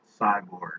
Cyborg